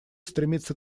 стремится